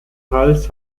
hals